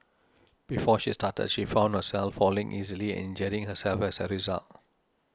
before she started she found herself falling easily and injuring herself as a result